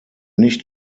nicht